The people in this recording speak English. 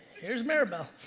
here's maribel.